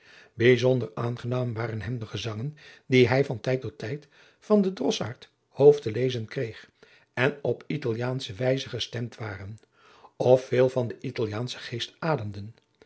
bijzonder aangenaam waren hem de gezangen die hij van tijd tot tijd van den drossaard hooft te lezen kreeg en op italiaansche wijzen gestemd waren of veel van den italiaanschen geest ademden